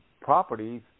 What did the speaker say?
properties